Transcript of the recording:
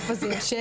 איפה זה יושב,